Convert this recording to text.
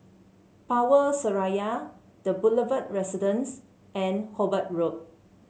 Power Seraya The Boulevard Residence and Hobart Road